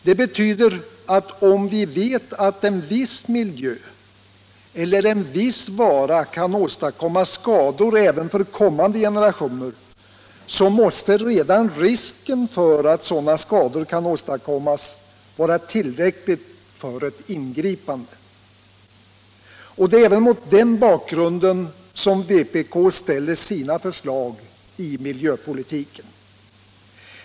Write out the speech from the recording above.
Det betyder att om vi vet att en viss miljö eller en viss vara kan åstadkomma skador även för kommande generationer så måste redan risken för att sådana skador kan åstadkommas vara tillräckligt för ett ingripande. Det är även mot den bakgrunden vpk ställer sina förslag i miljöpolitiken.